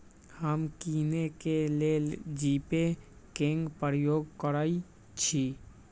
हम किने के लेल जीपे कें प्रयोग करइ छी